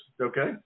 okay